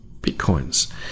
bitcoins